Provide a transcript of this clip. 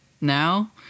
now